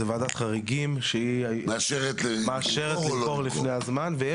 ועדת חריגים שהיא מאשרת למכור לפני הזמן,